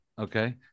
Okay